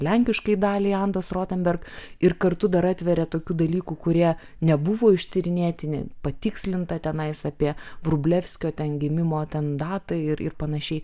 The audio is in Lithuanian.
lenkiškai daliai andos rotenberg ir kartu dar atveria tokių dalykų kurie nebuvo ištyrinėti ne patikslinta tenais apie vrublevskio ten gimimo ten datą ir ir panašiai